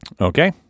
Okay